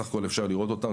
בסך הכול אפשר לראות אותם,